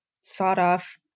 sawed-off